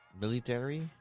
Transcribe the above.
Military